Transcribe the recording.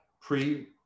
pre